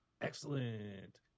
Excellent